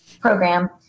program